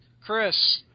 Chris